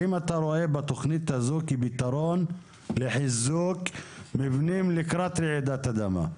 האם אתה רואה בתכנית הזאת כפתרון לחיזוק מבנים לקראת רעידת אדמה?